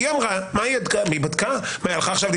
מה, היא הלכה לבדוק?